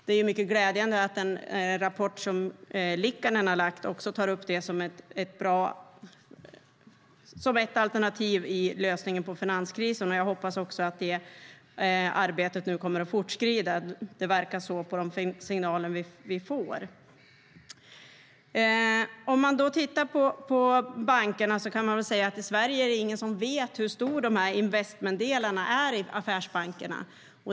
Det är glädjande att den rapport som Liikanen har lagt fram också tar upp det beslutet som ett alternativ för att lösa finanskrisen. Jag hoppas också att det arbetet kommer att fortskrida. Det verkar så på de signaler vi får. Låt oss titta på bankerna. I Sverige är det ingen som vet hur stora de investmentdelarna är i affärsbankerna.